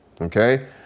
Okay